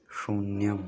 शून्यम्